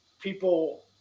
People